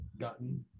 gotten